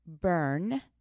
burn